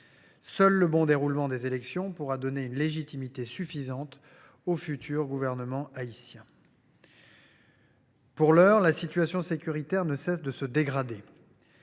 Seul le bon déroulement des élections pourra donner une légitimité suffisante au futur gouvernement haïtien. Pour l’heure, la situation sécuritaire ne cesse de se dégrader.